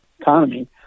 economy